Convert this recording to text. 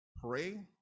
pray